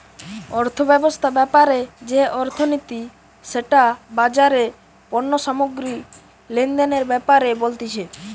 অর্থব্যবস্থা ব্যাপারে যে অর্থনীতি সেটা বাজারে পণ্য সামগ্রী লেনদেনের ব্যাপারে বলতিছে